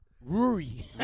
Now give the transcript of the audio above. Rory